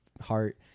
heart